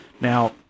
Now